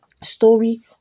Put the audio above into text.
story